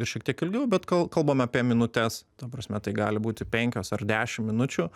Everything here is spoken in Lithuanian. šiek tiek ilgiau bet kol kalbame apie minutes ta prasme tai gali būti penkios ar dešimt minučių